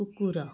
କୁକୁର